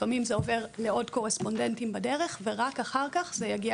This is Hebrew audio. לפעמים זה עובר לעוד קורספונדנטים בדרך ורק אחר כך זה מגיע